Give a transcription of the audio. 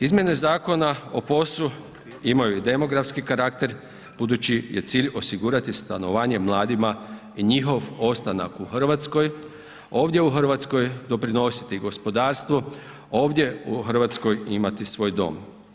Izmjene Zakon o POS-u imaju i demografski karakter budući je cilj osigurati stanovanje mladima i njihov ostanak u Hrvatskoj, ovdje u Hrvatskoj doprinositi gospodarstvu, ovdje u Hrvatskoj imati svoj dom.